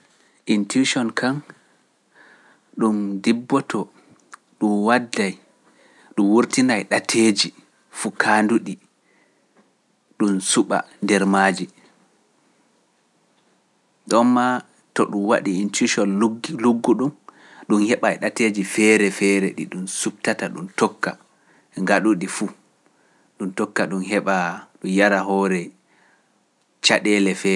Intuition kaŋ ɗum dibboto, ɗum waddey, ɗum wurtina e ɗateeji fukaanduɗi, ɗum suɓa nder maaji. Ɗonmaa to ɗum waɗi intuition luggu ɗum, ɗum heɓa e ɗateeji feere feere ɗi ɗum suɓtata ɗum tokka gaɗuɗi fu, ɗum tokka ɗum heɓa ɗum yara hoore caɗeele feere.